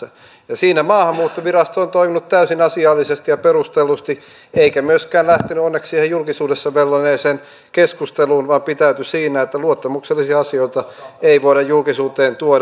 ja siinä maahanmuuttovirasto on toiminut täysin asiallisesti ja perustellusti eikä myöskään lähtenyt onneksi siihen julkisuudessa velloneeseen keskusteluun vaan pitäytyi siinä että luottamuksellisia asioita ei voida julkisuuteen tuoda